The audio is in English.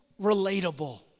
relatable